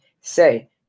say